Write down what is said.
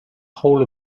whole